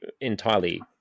entirely